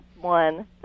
one